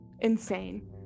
insane